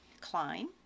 Klein